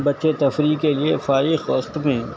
بچے تفریح کے لیے فارغ وقت میں